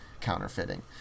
counterfeiting